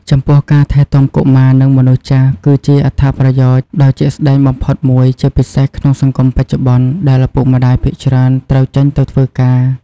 ចំពោះ ការថែទាំកុមារ និងមនុស្សចាស់ គឺជាអត្ថប្រយោជន៍ដ៏ជាក់ស្តែងបំផុតមួយ ជាពិសេសក្នុងសង្គមបច្ចុប្បន្នដែលឪពុកម្តាយភាគច្រើនត្រូវចេញទៅធ្វើការ។